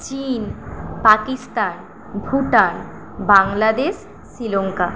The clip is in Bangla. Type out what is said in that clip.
চীন পাকিস্তান ভুটান বাংলাদেশ শ্রীলঙ্কা